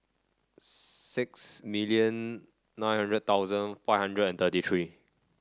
six million nine hundred thousand five hundred and thirty three